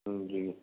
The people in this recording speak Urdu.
جی